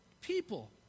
people